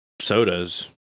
sodas